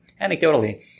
anecdotally